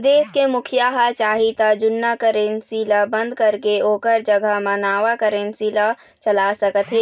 देश के मुखिया ह चाही त जुन्ना करेंसी ल बंद करके ओखर जघा म नवा करेंसी ला चला सकत हे